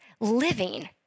living